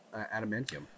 adamantium